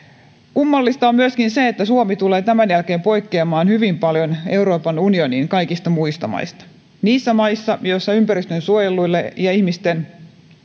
kummallista on myöskin se että suomi tulee tämän jälkeen poikkeamaan hyvin paljon euroopan unionin kaikista muista maista niissä maissa joissa ympäristönsuojelulle ja ihmisten